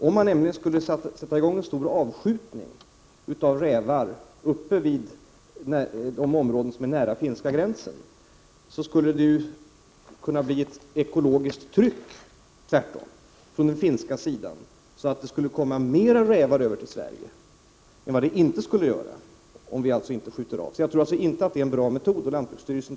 Om man satte i gång med en stor avskjutning av rävar i de områden som ligger nära finska gränsen skulle det kunna bli ett ekologiskt tryck från den finska sidan, så att det kom fler rävar över till Sverige. Jag tror inte att detta är en bra metod, och det tror man inte heller på lantbruksstyrelsen.